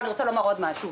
אני רוצה לומר עוד משהו.